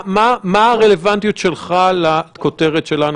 מה הרלוונטיות שלך לכותרת שלנו?